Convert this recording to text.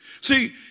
See